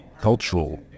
cultural